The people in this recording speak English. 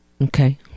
Okay